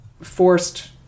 forced